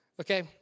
Okay